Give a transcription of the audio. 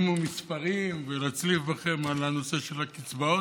ובמספרים ולהצליף בכם על הנושא של הקצבאות,